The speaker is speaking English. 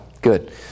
good